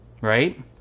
right